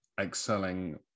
excelling